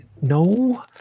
No